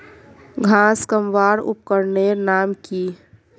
घांस कमवार उपकरनेर नाम की?